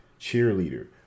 cheerleader